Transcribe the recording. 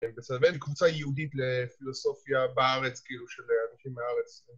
בסדר, באמת קבוצה יהודית לפילוסופיה בארץ, כאילו, של אנשים מארץ.